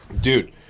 Dude